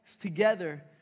together